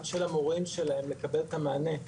גם של המורים שלהם לקבל את המענה,